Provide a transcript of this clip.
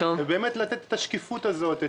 צריך לתת את השקיפות הזאת.